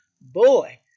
Boy